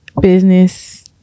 Business